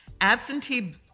Absentee